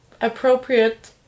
appropriate